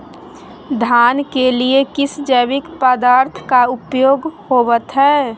धान के लिए किस जैविक पदार्थ का उपयोग होवत है?